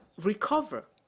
recover